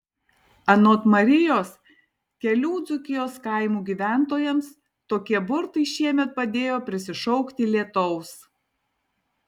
anot marijos kelių dzūkijos kaimų gyventojams tokie burtai šiemet padėjo prisišaukti lietaus